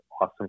awesome